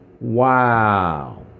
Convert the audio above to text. Wow